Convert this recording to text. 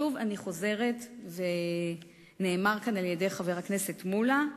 שוב, אני חוזרת, ואמר כאן חבר הכנסת מולה,